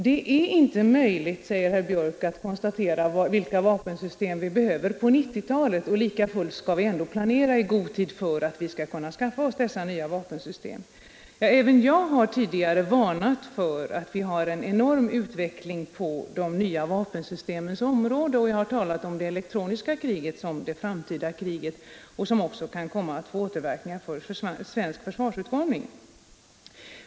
Det är inte möjligt, sade herr Björck, att konstatera vilka vapensystem vi behöver på 1990-talet, och lika fullt skall vi planera i god tid för att kunna skaffa oss dessa nya vapensystem. Även jag har tidigare varnat för den enorma utvecklingen på vapensystemens område. Jag har talat om det elektroniska kriget som det framtida kriget, vilket kan komma att få återverkningar också för svensk försvarsutformning.